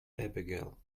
abigail